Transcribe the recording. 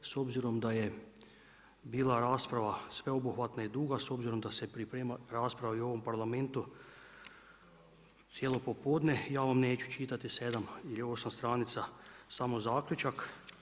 S obzirom da je bila rasprava sveobuhvatna i duga, s obzirom da se priprema i rasprava i u ovom Parlamentu cijelo popodne, ja vam neću čitati 7 ili 8 stranica samo zaključak.